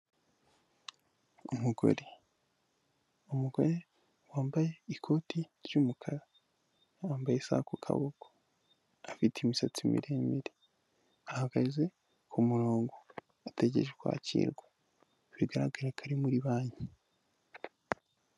Umugore, umugore wambaye ikoti ry'umukara yambaye isaha ku kaboko afite imisatsi miremire ahagaze ku murongo ategereje kwakirwa bigaragara ko ari muri banki.